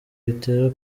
bitera